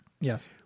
Yes